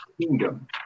kingdom